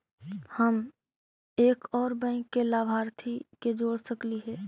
हम एक और बैंक लाभार्थी के जोड़ सकली हे?